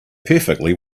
perfectly